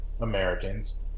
Americans